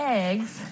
eggs